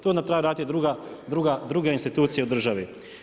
Tu onda trebaju raditi druge institucije u državi.